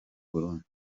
burundi